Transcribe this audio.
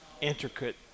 intricate